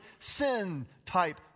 sin-type